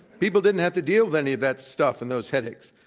people didn't have to deal with any of that stuff and those headaches,